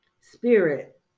spirit